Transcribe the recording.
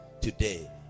today